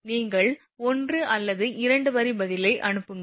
நீங்கள் 1 அல்லது 2 வரி பதிலை எழுதி அனுப்புங்கள்